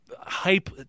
Hype